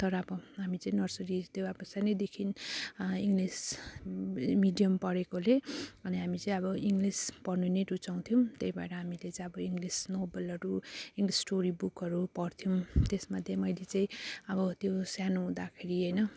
तर अब हामी चाहिँ नर्सरी त्यो अब सानैदेखि इङ्लिस मिडियम पढेकोले अनि हामी चाहिँ अब इङ्लिस पढ्नु नै रुचाउँथ्यौँ त्यही भएर हामीले चाहिँ अब इङ्लिस नोबलहरू इङ्लिस स्टोरी बुकहरू पढ्थ्यौँ त्यसमध्ये मैले चाहिँ अब त्यो सानो हुँदाखेरि होइन